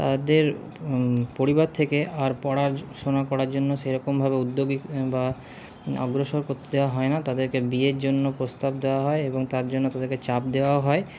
তাদের পরিবার থেকে আর পড়াশোনা করার জন্য সেরকমভাবে উদ্যোগী বা অগ্রসর করতে দেওয়া হয় না তাদেরকে বিয়ের জন্য প্রস্তাব দেওয়া হয় এবং তার জন্য তাদেরকে চাপ দেওয়াও হয়